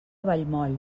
vallmoll